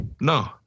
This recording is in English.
No